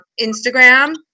Instagram